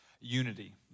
Unity